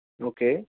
okay